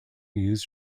used